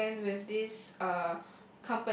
we went with this uh